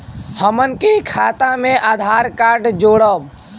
हमन के खाता मे आधार कार्ड जोड़ब?